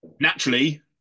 naturally